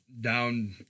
down